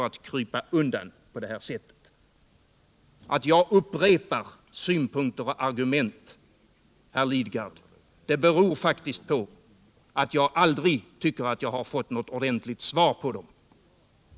Att jag upprepar synpunkter och argument, herr Lidgard, beror faktiskt på att jag tycker att jag aldrig fått några ordentliga svar på dem.